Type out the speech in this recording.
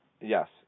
Yes